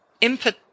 input